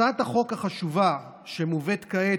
הצעת החוק החשובה שמובאת כעת,